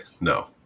No